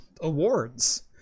awards